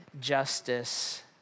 justice